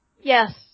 Yes